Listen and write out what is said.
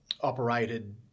operated